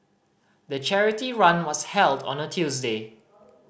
the charity run was held on a Tuesday